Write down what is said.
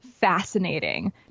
fascinating